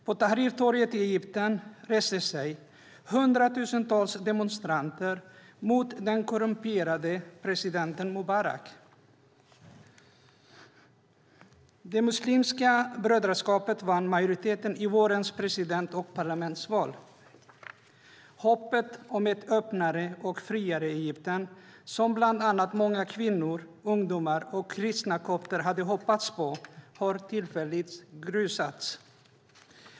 På Tahrirtorget i Egypten reste sig hundratusentals demonstranter mot den korrumperade presidenten Mubarak. Det muslimska brödraskapet vann majoriteten i vårens president och parlamentsval. Hoppet om ett öppnare och friare Egypten, som bland annat många kvinnor, ungdomar och kristna kopter hade, har tillfälligt grusats.